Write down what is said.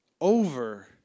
over